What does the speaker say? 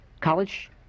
College